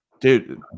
Dude